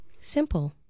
Simple